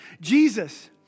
Jesus